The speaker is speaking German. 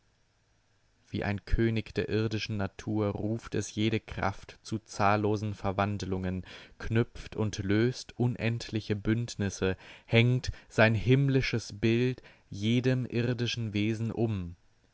wie ein könig der irdischen natur ruft es jede kraft zu zahllosen verwandlungen knüpft und löst unendliche bündnisse hängt sein himmlisches bild jedem irdischen wesen um